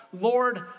Lord